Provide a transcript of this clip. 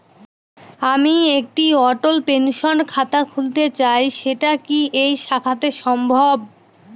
আমি একটি অটল পেনশন খাতা খুলতে চাই সেটা কি এই শাখাতে সম্ভব?